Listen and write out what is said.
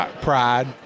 Pride